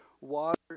water